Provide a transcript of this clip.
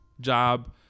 job